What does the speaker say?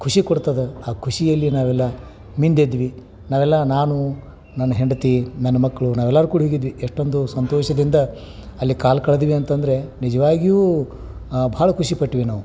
ಖುಷಿ ಕೊಡ್ತದೆ ಆ ಖುಷಿಯಲ್ಲಿ ನಾವೆಲ್ಲ ಮಿಂದೆದ್ವಿ ನಾವೆಲ್ಲ ನಾನು ನನ್ನ ಹೆಂಡತಿ ನನ್ನ ಮಕ್ಕಳು ನಾವು ಎಲ್ಲರೂ ಕೂಡ ಹೋಗಿದ್ವಿ ಎಷ್ಟೊಂದು ಸಂತೋಷದಿಂದ ಅಲ್ಲಿ ಕಾಲ ಕಳೆದ್ವಿ ಅಂತಂದರೆ ನಿಜವಾಗಿಯೂ ಭಾಳ ಖುಷಿಪಟ್ವಿ ನಾವು